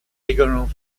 également